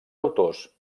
autors